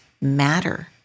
matter